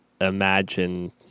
imagine